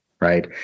right